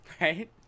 right